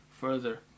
further